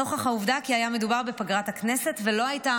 נוכח העובדה כי היה מדובר בפגרת הכנסת ולא הייתה